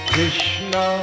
Krishna